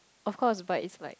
of course but it's like